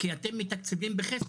כי אתם מתקצבים בחסר.